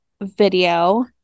video